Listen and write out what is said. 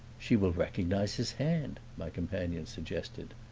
she will recognize his hand my companion suggested.